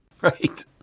right